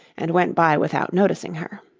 and went by without noticing her.